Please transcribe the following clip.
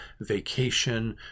vacation